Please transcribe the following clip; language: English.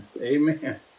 amen